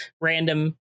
random